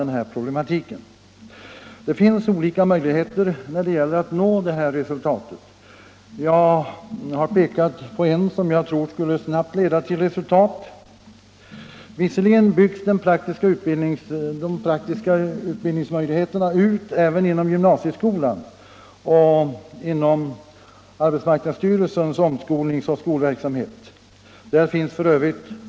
99 Det finns olika vägar att gå för att uppnå detta. Jag har visat på en åtgärd som jag tror snabbt skulle leda till resultat. Visserligen byggs de praktiska utbildningsmöjligheterna ut även inom gymnasieskolan och inom arbetsmarknadsstyrelsens omskolningsoch skolverksamhet. Där finns f.ö.